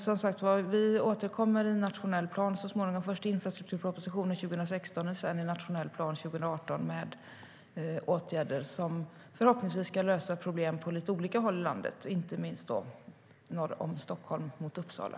Som sagt återkommer vi så småningom, först i infrastrukturpropositionen 2016 och sedan i en nationell plan 2018, med åtgärder som förhoppningsvis ska lösa problem på lite olika håll i landet, inte minst norr om Stockholm mot Uppsala.